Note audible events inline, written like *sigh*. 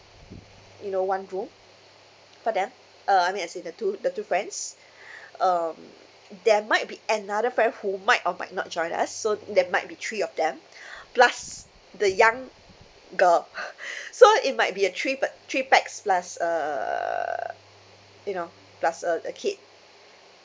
you know one room for them uh I mean as in the two the two friends *breath* um there might be another friend who might or might not join us so that might be three of them *breath* plus the young girl *breath* so it might be a three but three pax plus uh you know plus a a kid